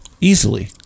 easily